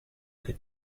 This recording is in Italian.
che